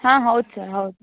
ಹಾಂ ಹೌದು ಸರ್ ಹೌದು